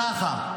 ככה: